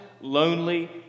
lonely